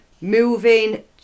moving